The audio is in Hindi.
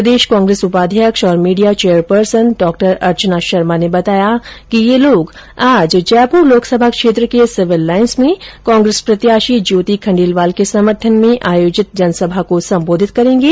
प्रदेश कांग्रेस उपाध्यक्ष और मीडिया चेयरपर्सन डॉ अर्चना शर्मा ने बताया कि ये लोग आज जयपुर लोकसभा क्षेत्र के सिविल लाईन्स में कांग्रेस प्रत्याशी ज्योति खण्डेलवाल के समर्थन में आयोजित जनसभा को सम्बोधित करेंगे